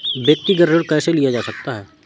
व्यक्तिगत ऋण कैसे लिया जा सकता है?